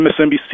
MSNBC